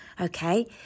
Okay